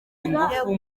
ingufu